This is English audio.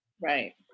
Right